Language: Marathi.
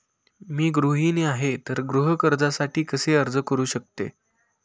मी गृहिणी आहे तर गृह कर्जासाठी कसे अर्ज करू शकते?